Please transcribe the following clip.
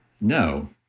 No